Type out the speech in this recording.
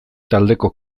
taldeko